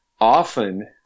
often